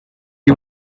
you